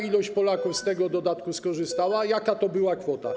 Ilu Polaków z tego dodatku skorzystało i jaka to była kwota?